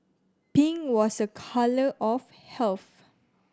pink was a colour of health